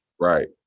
Right